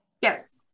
Yes